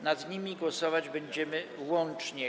Nad nimi głosować będziemy łącznie.